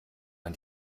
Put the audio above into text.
man